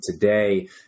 today